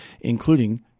including